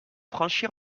franchir